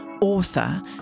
author